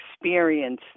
experience